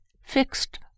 fixed